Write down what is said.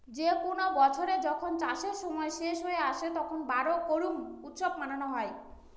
যে কোনো বছরে যখন চাষের সময় শেষ হয়ে আসে, তখন বোরো করুম উৎসব মানানো হয়